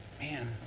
man